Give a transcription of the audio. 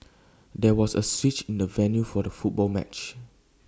there was A switch in the venue for the football match